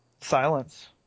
Silence